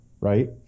right